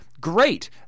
Great